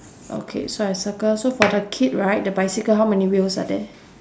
okay so I circle so for the kid right the bicycle how many wheels are there